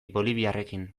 boliviarrekin